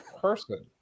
person